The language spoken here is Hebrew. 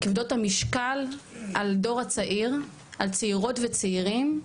כבדות המשקל על הדור הצעיר, על צעירות וצעירים,